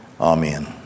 amen